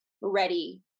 Ready